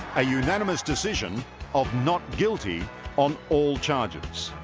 a unanimous decision of not guilty on all charges